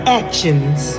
actions